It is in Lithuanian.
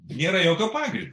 nėra jokio pagrindo